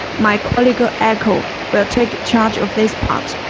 my colleague ah echo, will take charge of this part.